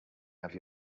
have